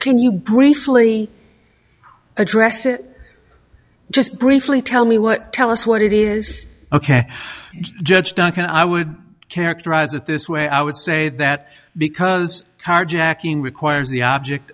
can you briefly address it just briefly tell me what tell us what it is ok judge duncan i would characterize it this way i would say that because carjacking requires the